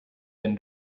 than